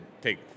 take